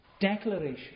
Declaration